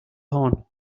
horn